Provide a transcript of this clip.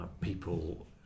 people